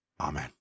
amen